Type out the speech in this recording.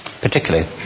particularly